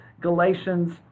Galatians